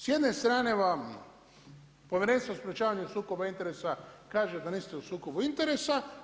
S jedne strane vam Povjerenstvo o sprječavanju sukoba interesa kaže da niste u sukobu interesa.